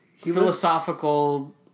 philosophical